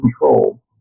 control